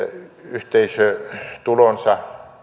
yhteisötulonsa